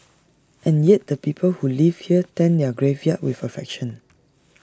and yet the people who live here tend their graveyard with affection